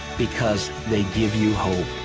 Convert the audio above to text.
because they give you hope.